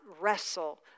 wrestle